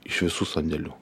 iš visų sandėlių